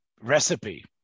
recipe